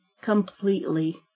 completely